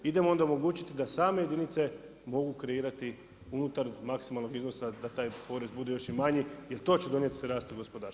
Idemo onda omogućiti da same jedinice mogu kreirati unutar maksimalnog iznosa, da taj porez bude još i manji, jer to će donijeti rast u gospodarstvu.